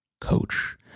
coach